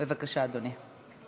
בבקשה, אדוני.